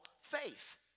faith